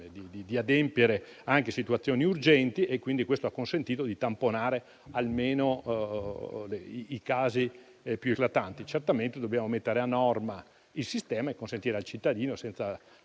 di adempiere anche a richieste urgenti e questo ha consentito di tamponare almeno i casi più eclatanti. Certamente dobbiamo mettere a norma il sistema e consentire al cittadino, senza